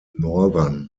northern